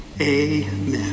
Amen